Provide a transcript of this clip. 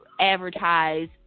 advertise